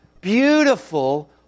beautiful